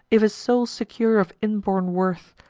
if a soul secure of inborn worth,